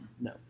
No